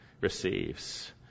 receives